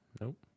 Nope